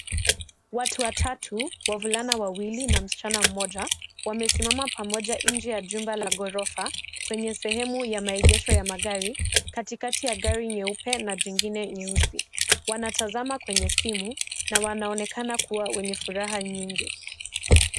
Watu watatu, wavulana wawili na msichana mmoja wamesimama nje ya jumba la ghorofa kwenye sehemu ya maegeesho ya magari katikati ya gari jeupe na nyingine nyeusi . Wanatazama kwenye simu na wanaonekana kuwa wenye furaha nyingi.